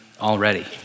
already